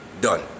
Done